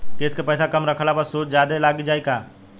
किश्त के पैसा कम रखला पर सूद जादे लाग जायी का?